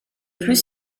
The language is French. plus